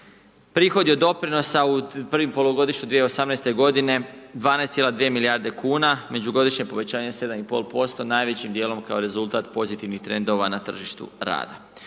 prihodi od doprinosa u prvom polugodištu 2018. godine 12,2 milijarde kuna, međugodišnje povećanje 7,5% najvećim dijelom kao rezultat pozitivnih trendova na tržištu rada.